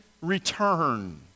return